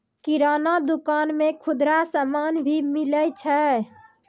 किराना दुकान मे खुदरा समान भी मिलै छै